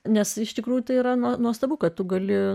nes iš tikrųjų tai yra nuostabu kad tu gali